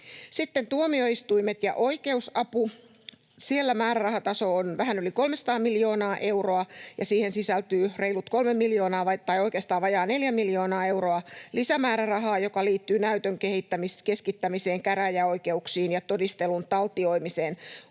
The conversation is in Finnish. Sitten tuomioistuimet ja oikeusapu: Siellä määrärahataso on vähän yli 300 miljoonaa euroa, ja siihen sisältyy vajaa 4 miljoonaa euroa lisämäärärahaa, joka liittyy näytön keskittämiseen käräjäoikeuksiin ja todistelun taltioimiseen